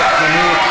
לוועדת החינוך,